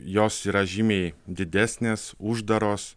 jos yra žymiai didesnės uždaros